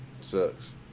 Sucks